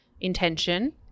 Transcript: intention